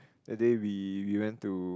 that day we we went to